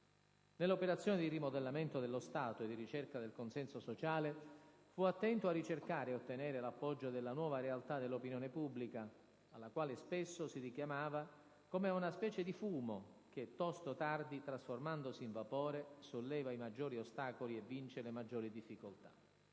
Nell'operazione di rimodellamento dello Stato e di ricerca del consenso sociale, fu attento a ricercare e ottenere l'appoggio della nuova realtà dell'opinione pubblica, alla quale spesso si richiamava, come a «una specie di fumo» che «tosto o tardi trasformandosi in vapore solleva i maggiori ostacoli e vince le maggiori difficoltà».